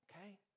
okay